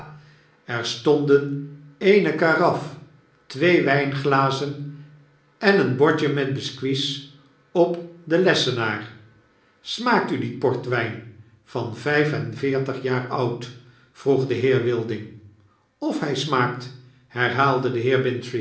br stonden eene karaf twee wynglazen en een bordje met biscuits op den lessenaar asmaakt u die portwyn van vyf en veertig jaar oud vroeg de heer wilding of hy smaakt herhaalde de